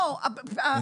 אני מבין מה שאמרת.